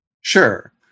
sure